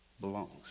belongs